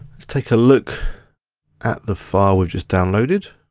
take a look at the file we've just downloaded.